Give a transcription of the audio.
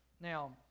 Now